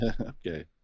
okay